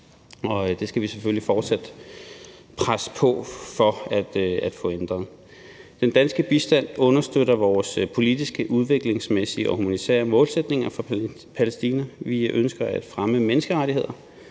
det skal vi selvfølgelig fortsat presse på for at få ændret. Den danske bistand understøtter vores politiske, udviklingsmæssige og humanitære målsætninger for Palæstina. Vi ønsker at fremme menneskerettigheder,